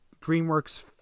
DreamWorks